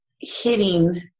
hitting